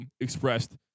expressed